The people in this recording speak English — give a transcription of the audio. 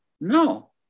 No